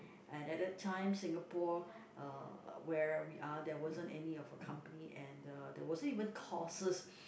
and at that time Singapore uh where we are there wasn't any of a company and uh there wasn't even courses